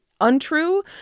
untrue